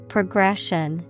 Progression